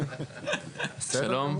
שלום.